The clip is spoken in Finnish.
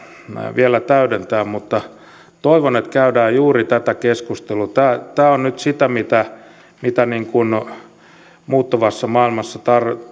vielä täydentämään mutta toivon että käydään juuri tätä keskustelua tämä on nyt sitä mitä mitä muuttuvassa maailmassa